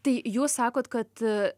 tai jūs sakot kad